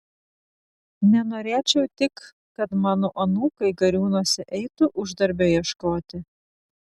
nenorėčiau tik kad mano anūkai gariūnuose eitų uždarbio ieškoti